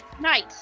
Nice